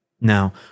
Now